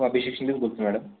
हो अभिषेक शिंदेच बोलतो मॅडम